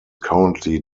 currently